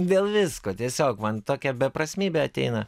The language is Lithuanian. dėl visko tiesiog man tokia beprasmybė ateina